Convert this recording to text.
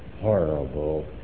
horrible